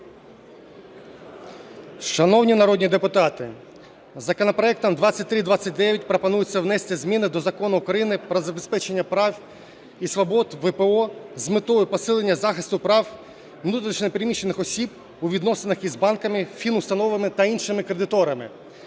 Шановні народні депутати, законопроектом 2329 пропонується внести зміни до Закону України про забезпечення прав і свобод ВПО з метою посилення захисту прав внутрішньо переміщених осіб у відносинах із банками, фінустановами та іншими кредиторами.